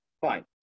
Fine